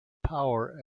power